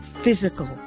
physical